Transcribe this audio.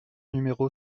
numéro